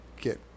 get